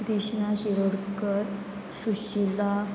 Krishna Shirodkar Sushila